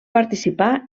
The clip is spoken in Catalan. participar